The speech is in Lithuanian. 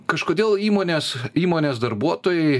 kažkodėl įmonės įmonės darbuotojai